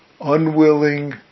unwilling